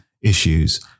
issues